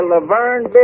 Laverne